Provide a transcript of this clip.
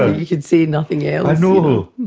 ah you could say nothing else. i know.